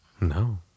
No